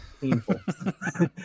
painful